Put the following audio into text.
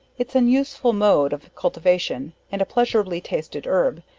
its an useful mode of cultivation, and a pleasurably tasted herb,